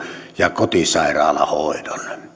ja kotisairaalahoidon